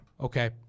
okay